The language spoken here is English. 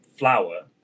Flour